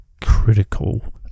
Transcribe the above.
critical